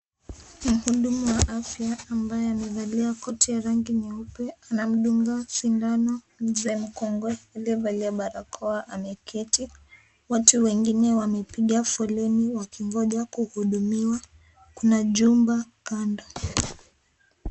Mhudumu wa afya ambaye amevalia koti ya rangi nyeupe anamdunga sindano mzee mkongwa aliyevalia barakoa, ameketi. Watu wengine wamepiga foleni wakingoja kuhudumiwa. Kuna jumba kando.